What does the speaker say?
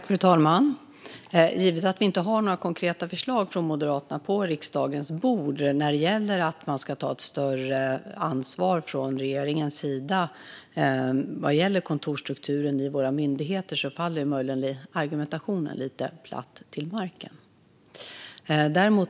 Fru talman! Givet att vi inte har några konkreta förslag från Moderaterna på riksdagens bord när det gäller att man ska ta ett större ansvar från regeringens sida vad gäller kontorsstrukturen i våra myndigheter faller möjligen argumentationen lite platt till marken.